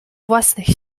własnych